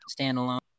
standalone